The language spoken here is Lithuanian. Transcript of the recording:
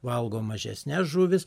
valgo mažesnes žuvis